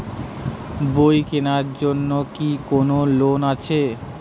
বই কেনার জন্য কি কোন লোন আছে?